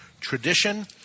tradition